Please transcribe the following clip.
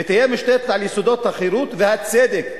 ותהיה מושתתת על יסודות החירות והצדק.